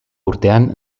urtean